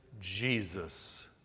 Jesus